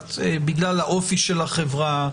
המבצעת בגלל האופי של החברה,